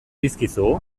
dizkizu